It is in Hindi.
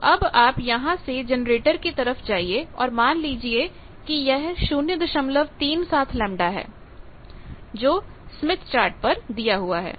तो अब आप यहां से जनरेटर की तरफ जाइए और मान लीजिए कि यह 037 λ है जो स्मिथ चार्ट पर दिया हुआ है